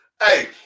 Hey